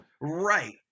right